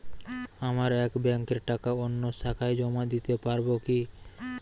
আমার এক ব্যাঙ্কের টাকা অন্য শাখায় জমা দিতে পারব কি?